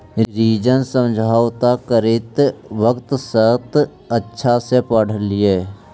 ऋण समझौता करित वक्त शर्त अच्छा से पढ़ लिहें